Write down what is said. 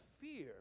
fear